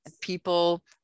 people